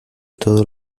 todo